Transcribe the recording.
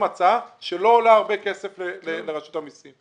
הצעה שלא עולה הרבה כסף לרשות המיסים.